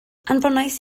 anfonais